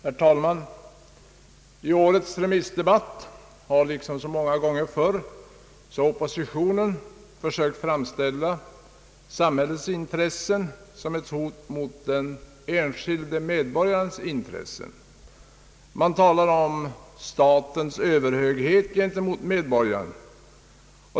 Herr talman! I årets remissdebatt liksom så många gånger förr har oppositionen försökt framställa samhällets intressen som ett hot mot den enskilde medborgarens intressen. Man talar om statens överhöghet gentemot medborga ren.